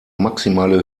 maximale